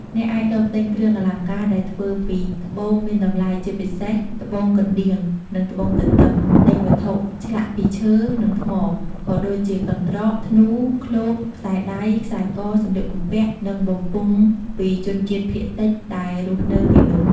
អ្នកអាចរកទិញគ្រឿងអលង្ការដែលធ្វើពីត្បូងមានតម្លៃ ជាពិសេសត្បូងកណ្ដៀង និងត្បូងទទឹម ទិញវត្ថុឆ្លាក់ពីឈើ និងថ្ម ក៏ដូចជាកន្ត្រក ធ្នូ ឃ្លោក ខ្សែដៃ ខ្សែក សម្លៀកបំពាក់ និងបំពង់ពីជនជាតិភាគតិចដែលរស់នៅទីនោះ។